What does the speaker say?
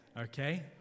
okay